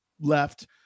left